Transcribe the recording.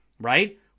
right